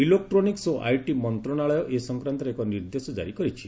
electronic ଓ IT ମନ୍ତ୍ରଣାଳୟ ଏ ସଂକ୍ରାନ୍ତରେ ଏକ ନିର୍ଦ୍ଦେଶ ଜାରି କରିଛି